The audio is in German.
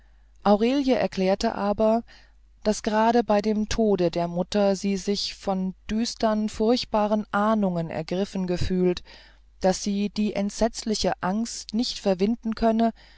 aurelie erklärte aber daß gerade bei dem tode der mutter sie sich von düstern furchtbaren ahnungen ergriffen gefühlt daß sie die entsetzliche angst nicht verwinden können